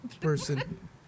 person